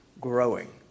growing